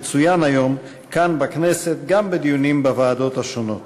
שצוין היום כאן בכנסת גם בדיונים בוועדות השונות.